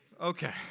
okay